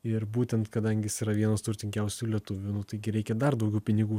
ir būtent kadangi jis yra vienas turtingiausių lietuvių nu taigi reikia dar daugiau pinigų